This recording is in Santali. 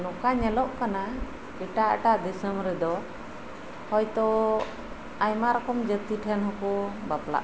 ᱱᱚᱠᱟ ᱧᱮᱞᱚᱜ ᱠᱟᱱᱟ ᱮᱴᱟᱜ ᱮᱴᱟᱜ ᱫᱤᱥᱚᱢ ᱨᱮᱫᱚ ᱦᱚᱭᱛᱚ ᱟᱭᱢᱟ ᱨᱚᱠᱚᱢ ᱡᱟᱹᱛᱤ ᱴᱷᱮᱱ ᱦᱚᱸᱠᱚ ᱵᱟᱯᱞᱟᱜ ᱠᱟᱱᱟ